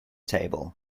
table